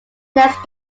next